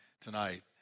tonight